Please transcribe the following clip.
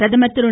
பிரதமர் திரு